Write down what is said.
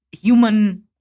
human